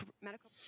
medical